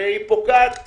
והיא פוקעת,